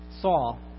Saul